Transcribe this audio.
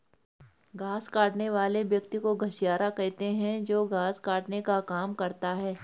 घास काटने वाले व्यक्ति को घसियारा कहते हैं जो घास काटने का काम करता है